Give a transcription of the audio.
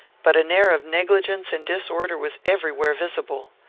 but an air of negligence and disorder was everywhere visible.